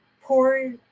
Poor